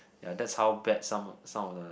ya that's how bad some some of the